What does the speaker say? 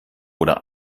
oder